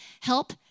help